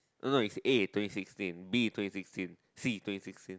no no is A twenty sixteen B twenty sixteen C twenty sixteen